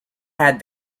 had